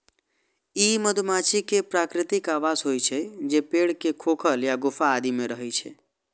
ई मधुमाछी के प्राकृतिक आवास होइ छै, जे पेड़ के खोखल या गुफा आदि मे रहै छै